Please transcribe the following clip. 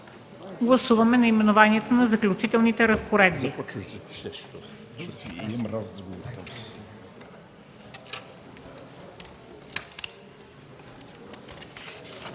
Гласуваме наименованието на „Заключителни разпоредби”.